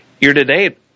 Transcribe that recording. year-to-date